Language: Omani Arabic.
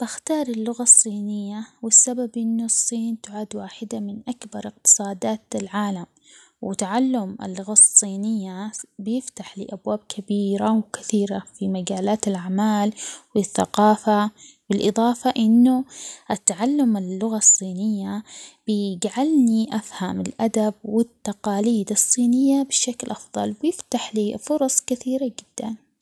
بختار لحظة وصول النبي محمد صلى الله عليه وسلم إلى يثرب، وكيف إنه تغيرت من يثرب إلى المدينة المنورة وكيف احتفى فيه الناس وكيف أقام دولة لم تكن موجودة قبل هجرته إلى المدينة، كيف إنه تغير مجرى التاريخ منذ ذلك اليوم.